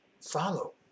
follow